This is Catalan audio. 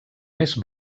més